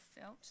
Felt